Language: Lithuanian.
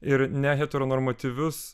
ir ne hetero normatyvius